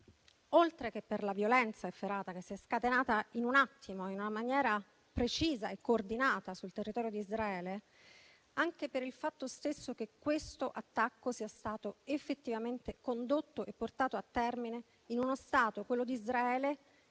oltre che per la violenza efferata che si è scatenata in un attimo, in una maniera precisa e coordinata sul territorio di Israele, anche per il fatto stesso che questo attacco sia stato effettivamente condotto e portato a termine in uno Stato, quello di Israele,